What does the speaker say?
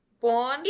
born